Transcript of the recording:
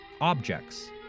objects